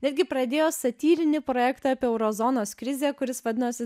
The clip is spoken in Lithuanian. netgi pradėjo satyrinį projektą apie euro zonos krizę kuris vadinosi